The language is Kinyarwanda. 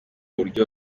buryo